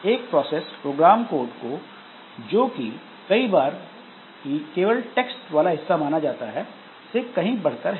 एक process program code जो कि कई बार केवल टेक्स्ट वाला हिस्सा माना जाता है से कहीं बढ़कर है